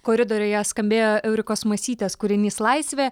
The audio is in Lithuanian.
koridoriuje skambėjo eurikos masytės kūrinys laisvė